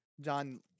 John